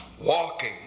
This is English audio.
Walking